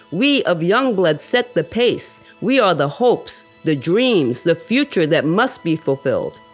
we of young blood set the pace. we are the hopes, the dreams, the future that must be fulfilled.